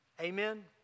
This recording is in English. Amen